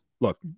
look